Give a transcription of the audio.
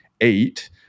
eight